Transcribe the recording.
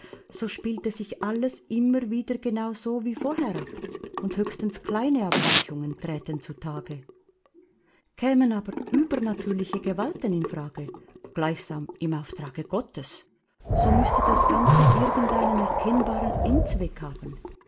so spielte sich alles immer wieder genau so wie vorher ab und höchstens kleine abweichungen träten zutage kämen aber übernatürliche gewalten in frage gleichsam im auftrage gottes so müßte das ganze irgend einen erkennbaren endzweck haben